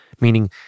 Meaning